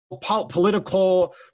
political